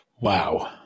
Wow